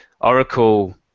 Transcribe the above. Oracle